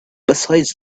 besides